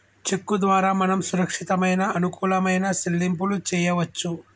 చెక్కు ద్వారా మనం సురక్షితమైన అనుకూలమైన సెల్లింపులు చేయవచ్చు